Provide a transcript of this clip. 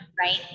Right